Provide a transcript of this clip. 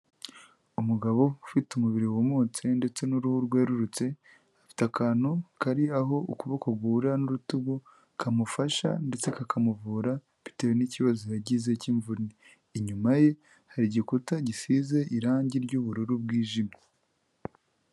Umugabo ufite umubiri wumutse ndetse n'uruhu rwerurutse, afite akantu kari aho ukuboko guhurira n'urutugu kamufasha ndetse kakamuvura bitewe n'ikibazo yagize cy'imvune, inyuma ye hari igikuta gisize irangi ry'ubururu bwijimye.